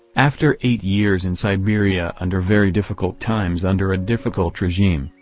after eight years in siberia under very difficult times under a difficult regime,